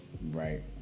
right